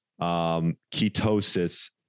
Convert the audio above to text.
ketosis